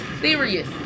serious